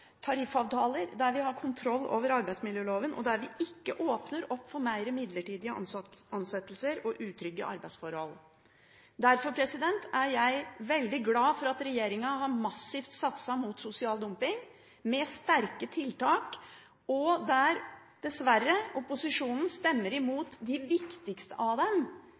tariffavtaler, der vi har kontroll over arbeidsmiljøloven, og der vi ikke åpner opp for flere midlertidige ansettelser og utrygge arbeidsforhold. Derfor er jeg veldig glad for at regjeringen har satset massivt mot sosial dumping med sterke tiltak. Opposisjonen stemmer dessverre imot de viktigste av dem,